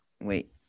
Wait